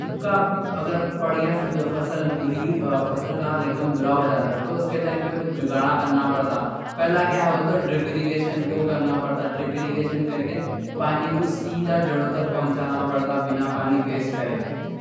سکّا اگر پڑیا سندو، فصل کا حال ایکدم برا ہو جاتا. تو اس کے ٹائم پہ کچھ جگاڑ کرنا پڑتا، پہلا کیا ہے بولتا. ڈرِپ ایریگیشن کرنا پڑتا، پانی کو سیدھا جڑوں تک پہنچانا پڑتا. بینا پانی ویسٹ کرے